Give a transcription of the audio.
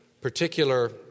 particular